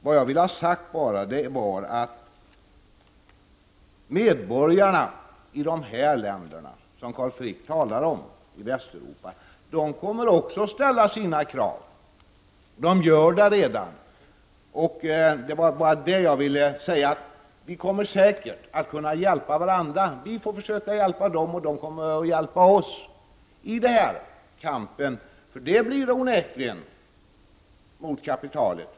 Vad jag ville ha sagt var bara att medborgarna i de länder i Västeuropa som Carl Frick talar om också kommer att ställa krav. Det gör de redan, och vad jag ville säga var att vi säkert kommer att kunna hjälpa varandra. Vi får hjälpa dem och de får hjälpa oss i kampen mot kapitalet, för en kamp blir det onekligen.